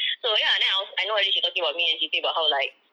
so ya the I was I know already she talking about me and she say about how like